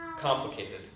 complicated